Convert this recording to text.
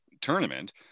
tournament